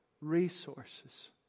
resources